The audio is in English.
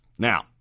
Now